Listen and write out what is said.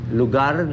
lugar